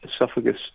esophagus